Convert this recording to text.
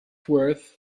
worth